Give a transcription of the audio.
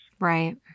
Right